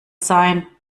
sein